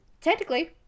Technically